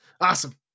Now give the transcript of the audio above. Awesome